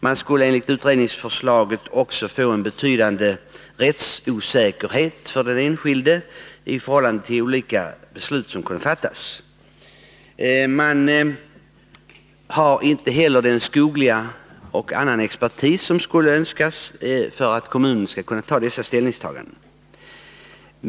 Det skulle också enligt utredningsförslaget bli en betydande rättsosäkerhet för den enskilde med tanke på de olika beslut som kunde komma att fattas. Kommunerna har inte heller den skogliga och övriga expertis som skulle önskas för att kunna göra dessa ställningstaganden.